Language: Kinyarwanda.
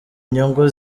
inyungu